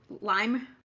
lime